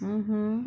mmhmm